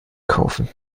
kaufen